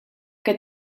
que